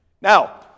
Now